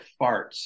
farts